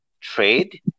trade